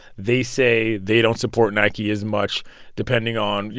they say they don't support nike as much depending on, you